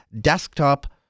desktop